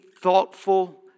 thoughtful